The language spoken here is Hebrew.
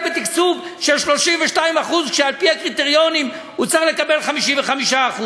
בתקצוב של 32% כשעל-פי הקריטריונים הוא צריך לקבל 55%?